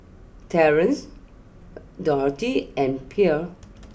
Terance Dorthey and Pierre